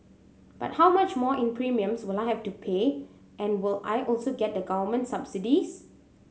but how much more in premiums will I have to pay and will I also get the government subsidies